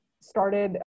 started